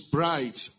Bright